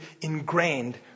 ingrained